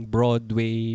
Broadway